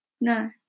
no